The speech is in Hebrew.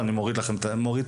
אני מוריד את הכובע.